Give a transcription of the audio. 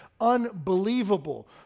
unbelievable